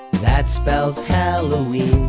that spells halloween.